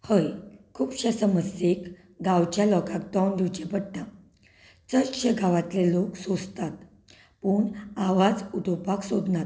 हय खुबशा समस्यांक गांवच्या लोकांक तोंड दिवचें पडटा चडशे गांवांतले लोक सोंसतात पूण आवाज उठोवपाक सोदनात